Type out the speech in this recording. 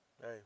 hey